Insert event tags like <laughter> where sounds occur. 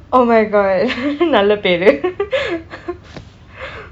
oh my god <noise> நல்ல பெயர்:nalla peyar <noise>